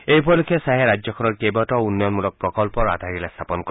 এই উপলক্ষে শ্ৰীখাহে ৰাজ্যখনৰ কেইবাটাও উন্নয়নমূলক প্ৰকল্পৰ আধাৰশিলা স্থাপন কৰে